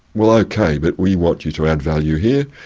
well, ok, but we want you to add value here,